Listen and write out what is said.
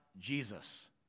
Jesus